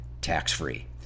tax-free